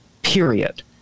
Period